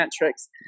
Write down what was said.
metrics